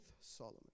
Solomon